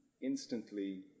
instantly